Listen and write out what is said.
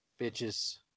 Bitches